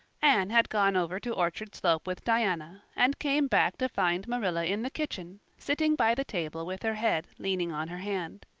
anne had gone over to orchard slope with diana and came back to find marilla in the kitchen, sitting by the table with her head leaning on her hand.